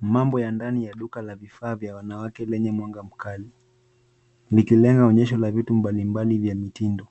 Mambo ya ndani ya duka la vifaa vya wanawake lenye mwanga mkali. Likilenga onyesho la vitu mbalimbali vya mitindo.